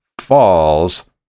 falls